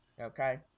okay